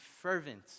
fervent